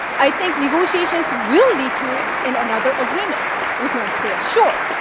i think negotiations will lead to in another agreement with north korea. sure.